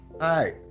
Hi